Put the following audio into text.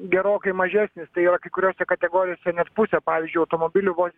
gerokai mažesnis tai va kai kuriose kategorijose net pusė pavyzdžiui automobilių vos